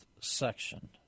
section